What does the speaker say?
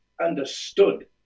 understood